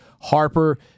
Harper